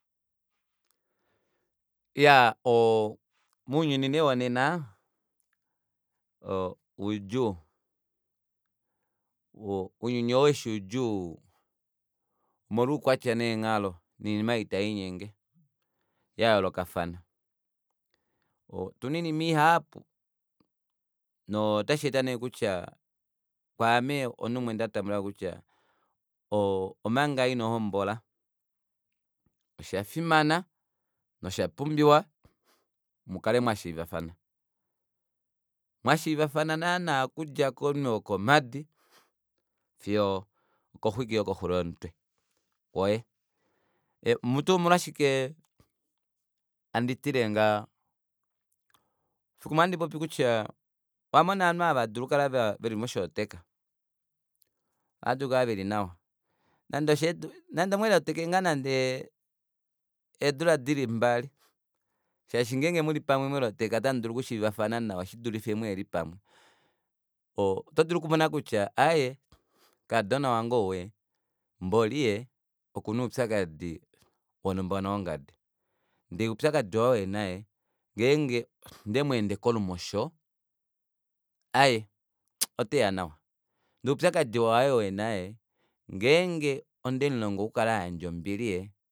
Iyaa oo mounyuni nee wonena oudjuu mounyuni ou eshi undjuu omolwo ukwatya neenghalo noinima ei tailiinyenge yayoolokafana otuna oinima ihapu notasheeta nee kutya kwaame omunhu umwe ndatambulako kutya o omanga inohombola oshafimana noshapumbiwa mukale mwashiivafana mwashiivafana naana okudja komunwe wokomadi fiyo okoxwiki yokoxulo yomutwe woye mutu omolwashike handi tile ngaha efimbo limwe ohandi popi kutya owamona ovanhu aava haadulu okukala veli moshooteka ohaadulu okukala veli nawa nande omwelooteke ngoo nande eedula dili mbali shaashi ngenge muli pamwe mwelooteka ota mdulu okushiivafana nawa shidulife muheli pamwe oo otodulu okumona kutya aaye kaadona wange ou mboli okuna oupyakadi wonhumba nowongadi ndee oupyakadi waye ngenge ondemweende kolumosho aaye oteya nawa ndee oupyakadi waye ou ena ee ngenge ondemulongo okukala ayandja ombili ee